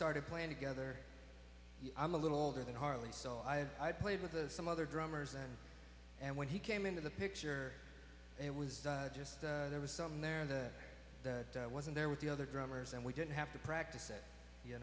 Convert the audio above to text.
started playing together i'm a little older than harley so i had i played with the some other drummers and and when he came into the picture it was just there was some there and that wasn't there with the other drummers and we didn't have to practice